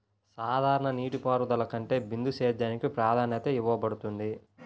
సాధారణ నీటిపారుదల కంటే బిందు సేద్యానికి ప్రాధాన్యత ఇవ్వబడుతుంది